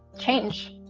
change